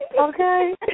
Okay